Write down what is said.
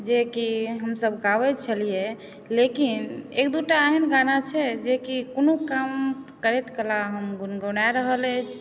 जेकि हमसब गाबै छलिए लेकिन एक दूटा एहन गाना छै जेकि कोनो काम करैत कला हम गुनगुना रहल अछि